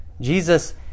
Jesus